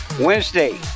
Wednesday